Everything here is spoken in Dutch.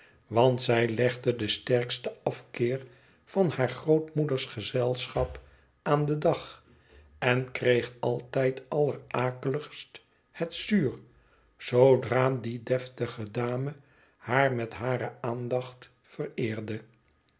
want zij legde den sterksten afkeer van haar grootmoeders gezelschap aan den dag en kreeg altijd allerakeligst het zuur zoodra die deftige dame haar met hare aandacht vereerde